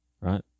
Right